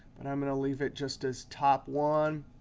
but i'm going to leave it just as top one.